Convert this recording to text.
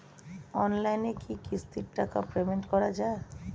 অনলাইনে কি কিস্তির টাকা পেমেন্ট করা যায়?